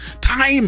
Time